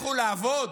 לכו לעבוד?